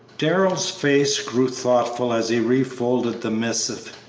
darrell's face grew thoughtful as he refolded the missive.